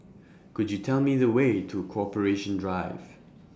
Could YOU Tell Me The Way to Corporation Drive